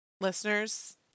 listeners